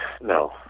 No